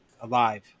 alive